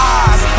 eyes